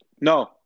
No